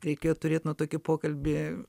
reikėjo turėt nu tokį pokalbį